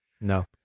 no